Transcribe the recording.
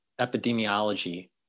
epidemiology